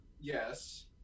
Yes